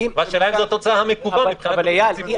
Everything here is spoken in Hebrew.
והשאלה אם זאת התוצאה המקווה מבחינת בריאות הציבור.